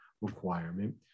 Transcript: requirement